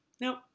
Nope